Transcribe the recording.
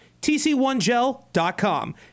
TC1Gel.com